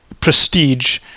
prestige